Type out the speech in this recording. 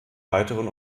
weiteren